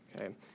Okay